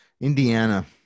Indiana